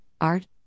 Art